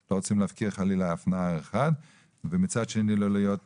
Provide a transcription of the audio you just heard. לא רוצים להפקיר אף נער ומצד שני לא להיות